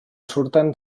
surten